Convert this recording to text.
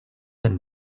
and